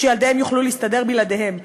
שילדיהם יוכלו להסתדר בלעדיהם,